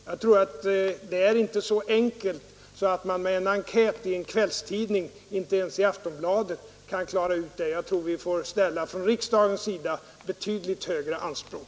Det är inte så enkelt att klara ut detta att man kan göra det med en enkät i en kvällstidning, inte ens i Aftonbladet. Jag tror att vi från riksdagens sida bör ställa betydligt högre anspråk.